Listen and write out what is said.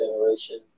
generation